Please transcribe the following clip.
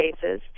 cases